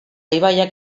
ibaiak